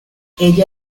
ella